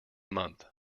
month